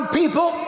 people